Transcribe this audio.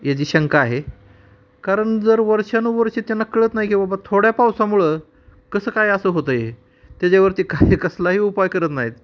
याची शंका आहे कारण जर वर्षानुवर्षं त्यांना कळत नाही की बाबा थोड्या पावसामुळं कसं काय असं होतं आहे त्याच्यावरती काही कसलाही उपाय करत नाहीत